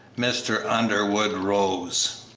mr. underwood rose,